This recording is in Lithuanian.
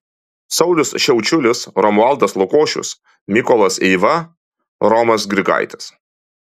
saulius šiaučiulis romualdas lukošius mykolas eiva romas grigaitis